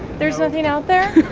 there's nothing out there?